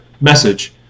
message